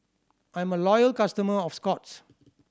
I'm a loyal customer of Scott's